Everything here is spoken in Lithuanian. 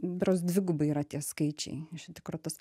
berods dvigubai yra tie skaičiai iš tikro tas